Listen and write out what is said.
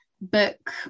book